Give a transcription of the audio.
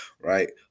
right